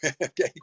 Okay